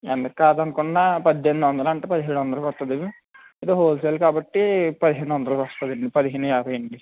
ఎంత కాదనుకున్నా పద్దెనిమిది వందలు అంటే పదిహేడు వందలకి వస్తుంది ఇది హోల్సేల్ కాబట్టి పదిహేను వందలకి పస్తుందండి పదిహేను యాభై అండి